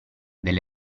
delle